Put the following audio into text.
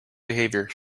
behaviour